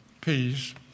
peace